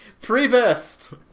Pre-best